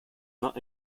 not